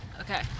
Okay